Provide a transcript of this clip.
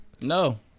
No